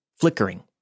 flickering